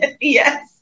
Yes